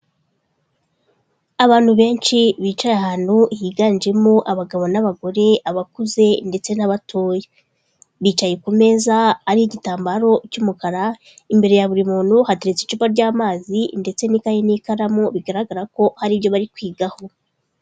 Abantu benshi bicaye ahantu higanjemo abagabo n'abagore, abakuze ndetse n'abatoya, bicaye ku meza ariho igitambaro cy'umukara, imbere ya buri muntu hateretse icupa ry'amazi ndetse n'ikayi n'ikaramu bigaragara ko hari ibyo bari kwigaho.